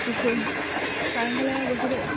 পুখুৰী কাৰেংঘৰলৈ গৈছো দেই